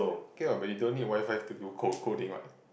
okay what but you don't need WiFi to do co~ coding what